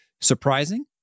surprising